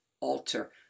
alter